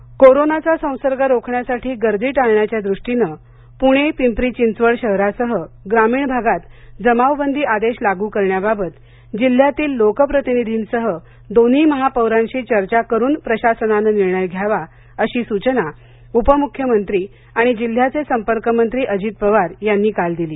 अजित पवार कोरोनाचा संसर्ग रोखण्यासाठी गर्दी टाळण्याच्या दृष्टीने पुणे पिंपरी चिंचवड शहरासह ग्रामीण भागात जमावबंदी आदेश लागू करण्याबाबत जिल्ह्यातील लोकप्रतिनिधीसह दोन्ही महापौरांशी चर्चा करुन प्रशासनानं निर्णय घ्यावा अशी सूचना उपमुख्यमंत्री आणि जिल्हयाचे संपर्क मंत्री अजित पवार यांनी आज दिली